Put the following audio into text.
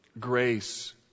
grace